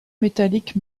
métallique